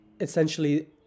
essentially